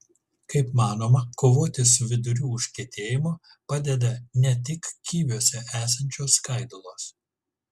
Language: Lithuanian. kaip manoma kovoti su vidurių užkietėjimu padeda ne tik kiviuose esančios skaidulos